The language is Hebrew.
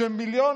כשמיליון